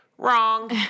Wrong